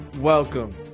welcome